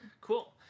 cool